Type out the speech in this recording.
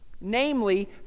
namely